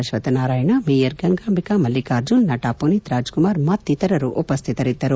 Ashwathnarayan mayor Gangambika Mallikarjun ನಟ ಮನೀತ್ ರಾಜ್ ಕುಮಾರ್ ಮತ್ತಿತರರು ಉಪಸ್ವಿತರಿದ್ದರು